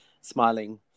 smiling